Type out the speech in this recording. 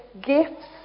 gifts